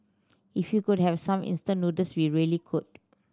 if we could have some instant noodles we really could